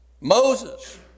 Moses